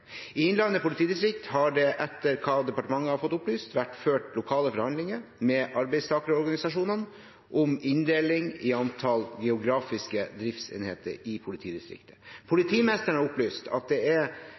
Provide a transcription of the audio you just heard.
I Innlandet politidistrikt har det, etter hva departementet har fått opplyst, vært ført lokale forhandlinger med arbeidstakerorganisasjonene om inndeling i antall geografiske driftsenheter i politidistriktet.